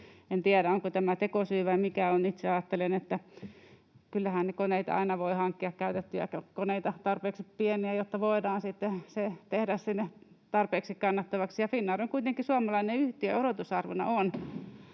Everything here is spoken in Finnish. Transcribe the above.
En tiedä, onko tämä tekosyy vai mikä on. Itse ajattelen, että kyllähän koneita aina voi hankkia, käytettyjä koneita, tarpeeksi pieniä, jotta voidaan sitten tehdä se tarpeeksi kannattavaksi. Finnair on kuitenkin suomalainen yhtiö, ja odotusarvona